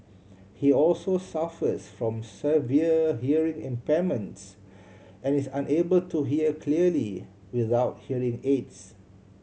he also suffers from severe hearing impairments and is unable to hear clearly without hearing aids